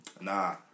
nah